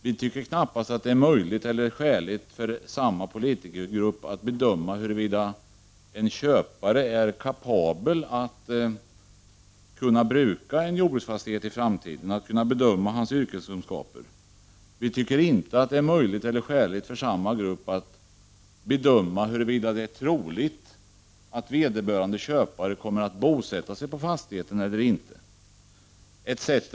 Vi tycker knappast att det är möjligt för samma politikergrupp att bedöma huruvida en köpare är kapabel att bruka en jordbruksfastighet i framtiden, att bedöma hans yrkeskunskaper. Vi tycker inte att det är möjligt för samma grupp att bedöma huruvida det är troligt att vederbörande köpare kommer att bosätta sig på fastigheten eller inte — etc., etc.